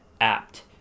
apt